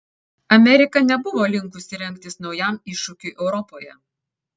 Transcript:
amerika nebuvo linkusi rengtis naujam iššūkiui europoje